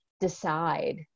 decide